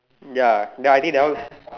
ya then I think that one